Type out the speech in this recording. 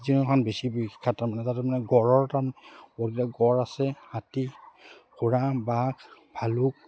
কাজিৰঙাখন বেছি বিখ্যাত তাৰমানে তাত মানে গঁড়ৰ তাৰ যোনবিলাক গঁড় আছে হাতী ঘোঁৰা বাঘ ভালুক